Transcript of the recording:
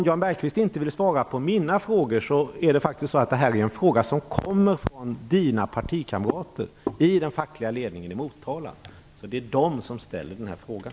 Jan Bergqvist ville inte svara på mina frågor, men det här är faktiskt en fråga som ställs av hans partikamrater i den fackliga ledningen i Motala. Det är de som ställer den här frågan.